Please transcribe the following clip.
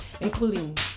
including